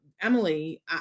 Emily